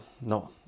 no